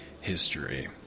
history